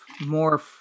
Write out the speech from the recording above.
more